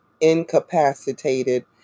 incapacitated